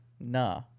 Nah